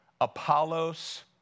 Apollos